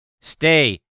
Stay